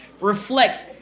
reflects